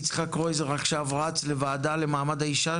יצחק קרויזר עכשיו רץ לוועדה למעמד האישה